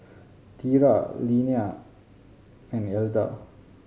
Tera Linnea and Elda